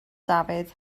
dafydd